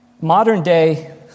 modern-day